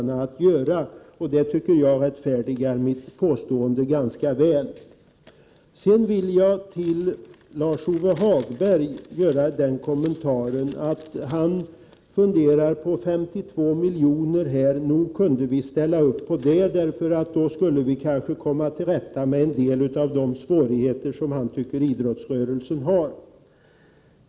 Jag tycker att det rättfärdigar mitt påstående väl. Jag vill också kommentera Lars-Ove Hagbergs inlägg. Han funderar på 52 milj.kr. Nog kan vi ställa upp på det, eftersom vi kanske skulle komma till rätta med en del av de svårigheter som han tycker idrottsrörelsen har.